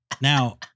Now